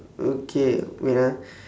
okay wait ah